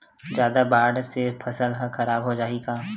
जादा बाढ़ से फसल ह खराब हो जाहि का?